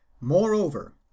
Moreover